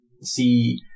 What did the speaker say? see